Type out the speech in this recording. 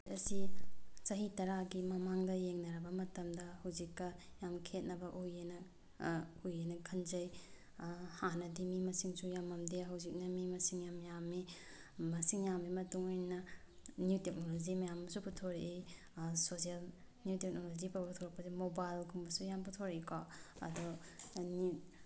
ꯉꯁꯤ ꯆꯍꯤ ꯇꯔꯥꯒꯤ ꯃꯃꯥꯡꯗ ꯌꯦꯡꯅꯔꯕ ꯃꯇꯝꯗ ꯍꯧꯖꯤꯛꯀ ꯌꯥꯝ ꯈꯦꯠꯅꯕ ꯎꯏꯌꯦꯅ ꯎꯏꯌꯦꯅ ꯈꯟꯖꯩ ꯍꯥꯟꯅꯗꯤ ꯃꯤ ꯃꯁꯤꯡꯁꯨ ꯌꯥꯝꯃꯝꯗꯦ ꯍꯧꯖꯤꯛꯅ ꯃꯤ ꯃꯁꯤꯡ ꯌꯥꯝ ꯌꯥꯝꯃꯤ ꯃꯁꯤꯡ ꯌꯥꯝꯃꯤ ꯃꯇꯨꯡꯏꯟꯅ ꯅ꯭ꯌꯨ ꯇꯦꯛꯅꯣꯂꯣꯖꯤ ꯃꯌꯥꯝꯁꯨ ꯄꯨꯊꯣꯔꯛꯏ ꯁꯣꯁꯦꯜ ꯅ꯭ꯌꯨ ꯇꯦꯛꯅꯣꯂꯣꯖꯤ ꯉꯁꯤ ꯐꯥꯎꯗ ꯄꯨꯊꯣꯔꯛꯄꯁꯤꯗ ꯃꯣꯕꯥꯏꯜꯒꯨꯝꯕꯁꯨ ꯌꯥꯝ ꯄꯨꯊꯣꯔꯛꯏꯀꯣ ꯑꯗꯨ